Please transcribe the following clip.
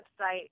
website